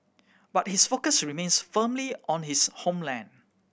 but his focus remains firmly on his homeland